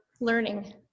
learning